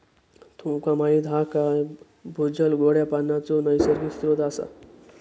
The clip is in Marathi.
तुमका माहीत हा काय भूजल गोड्या पानाचो नैसर्गिक स्त्रोत असा